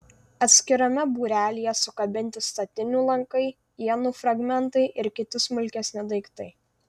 atskirame būrelyje sukabinti statinių lankai ienų fragmentai ir kiti smulkesni daiktai